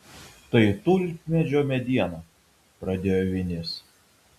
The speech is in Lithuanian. tai tulpmedžio mediena pradėjo vinis